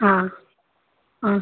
ಹಾಂ ಹಾಂ